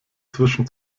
zwischen